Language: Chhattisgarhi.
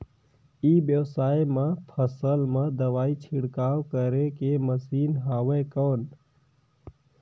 ई व्यवसाय म फसल मा दवाई छिड़काव करे के मशीन हवय कौन?